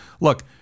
look